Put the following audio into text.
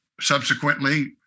Subsequently